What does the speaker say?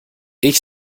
ich